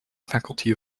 faculty